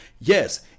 Yes